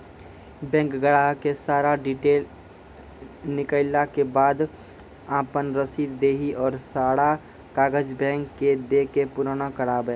Bank ग्राहक के सारा डीटेल निकालैला के बाद आपन रसीद देहि और सारा कागज बैंक के दे के पुराना करावे?